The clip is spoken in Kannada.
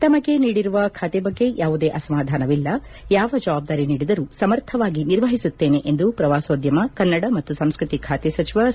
ತಮಗೆ ನೀಡಿರುವ ಖಾತೆ ಬಗ್ಗೆ ಯಾವುದೇ ಅಸಮಾಧಾನವಿಲ್ಲ ಯಾವ ಜವಾಬ್ದಾರಿ ನೀಡಿದರೂ ಸಮರ್ಥವಾಗಿ ನಿರ್ವಹಿಸುತ್ತೇನೆ ಎಂದು ಪ್ರವಾಸೋದ್ಯಮ ಕನ್ನಡ ಮತ್ತು ಸಂಸ್ಟತಿ ಖಾತೆ ಸಚಿವ ಸಿ